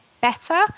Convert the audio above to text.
better